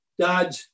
Dad